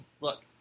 Look